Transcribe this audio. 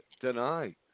deny